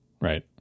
Right